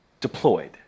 deployed